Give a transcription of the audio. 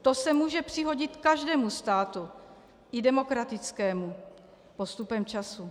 To se může přihodit každému státu, i demokratickému, postupem času.